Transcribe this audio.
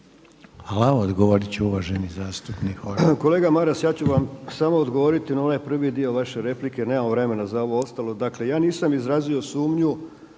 Horvat. **Horvat, Mile (SDSS)** Kolega Maras, ja ću vam samo odgovoriti na ovaj prvi dio vaše replike. Nemam vremena za ovo ostalo. Dakle, ja nisam izrazio sumnju